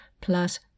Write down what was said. plus